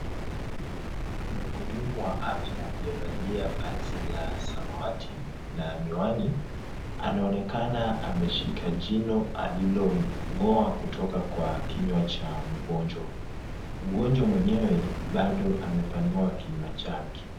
Muhudumu wa afya aliyevalia vazi la samawati na miwani, anaonekana ameshika jino alilong'oa kutoka kwa kinywa cha mgonjwa. Mgonjwa mwenyewe bado amepanua kinywa chake.